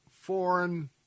foreign